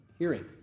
hearing